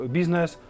business